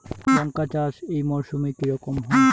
লঙ্কা চাষ এই মরসুমে কি রকম হয়?